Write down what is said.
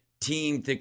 team